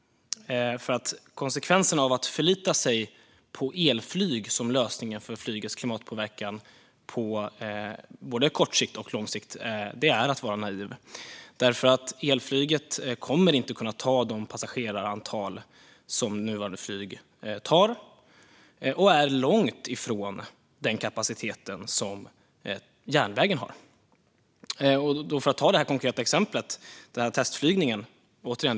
Att förlita sig på elflyg som lösningen för flygets klimatpåverkan på både kort och lång sikt är att vara naiv, för elflyget kommer inte att kunna ta de passagerarantal som nuvarande flyg tar och är långt ifrån den kapacitet som järnvägen har. Låt mig ta det konkreta exemplet med testflygningen.